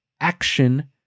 action